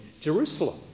Jerusalem